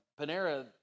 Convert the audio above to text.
Panera